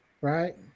right